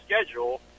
schedule